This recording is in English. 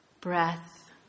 breath